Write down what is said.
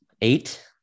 Eight